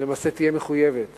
תהיה מחויבת